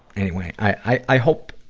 anyway, i, i, i hope,